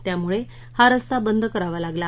त्यामुळे हा रस्ता बंद करावा लागला